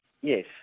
Yes